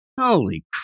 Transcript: Holy